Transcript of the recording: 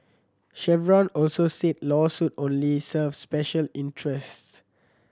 chevron also said lawsuit only serve special interests